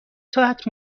ساعت